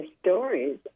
stories